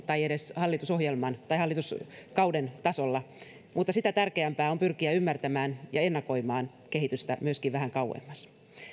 tai edes hallitusohjelman tai hallituskauden tasolla mutta sitä tärkeämpää on pyrkiä ymmärtämään ja ennakoimaan kehitystä myöskin vähän kauemmas